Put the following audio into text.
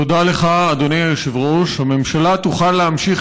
תודה לך, אדוני היושב-ראש, הממשלה תוכל להמשיך